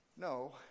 no